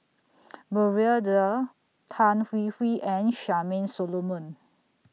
Maria Dyer Tan Hwee Hwee and Charmaine Solomon